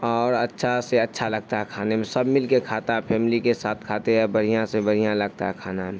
اور اچھا سے اچھا لگتا ہے کھے میں سب مل کے کھاتا ہے فیملی کے ساتھ کھاتے ہیں بڑھں سے بڑھں لگتا ہے کھانا میں